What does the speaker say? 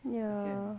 ya